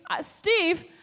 Steve